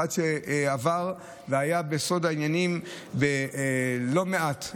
וכאחד שהיה בסוד העניינים בלא מעט הלוויות,